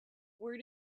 where